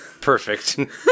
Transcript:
Perfect